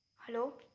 hello.